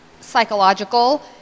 psychological